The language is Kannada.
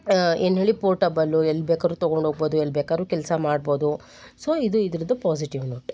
ಏನು ಹೇಳಿ ಪೋರ್ಟಬಲ್ಲು ಎಲ್ಲಿ ಬೇಕಾದ್ರು ತೊಗೊಂಡು ಹೋಗ್ಬೋದು ಎಲ್ಲಿ ಬೇಕಾದ್ರು ಕೆಲಸ ಮಾಡ್ಬೋದು ಸೊ ಇದು ಇದ್ರದ್ದು ಪೋಸಿಟಿವ್ ನೋಟ್